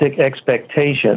expectations